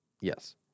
Yes